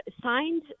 signed